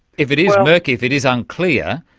if it is murky, if it is unclear,